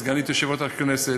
סגנית יושב-ראש הכנסת,